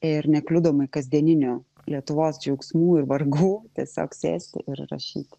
ir nekliudomai kasdieninių lietuvos džiaugsmų ir vargų tiesiog sėsti ir rašyti